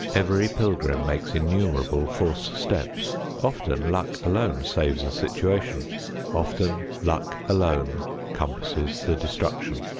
every pilgrim makes innumerable false steps often luck alone saves the situation often luck alone compasses the destruction.